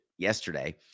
yesterday